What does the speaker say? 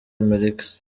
amerika